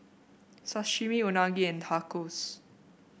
Sashimi Unagi and Tacos